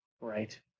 Right